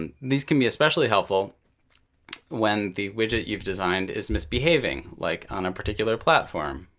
these can be especially helpful when the widget you've designed is misbehaving, like on a particular platform,